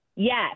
Yes